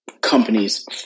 companies